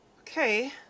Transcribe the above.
Okay